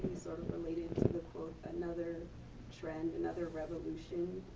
sort of relating to to the quote another trend, another revolution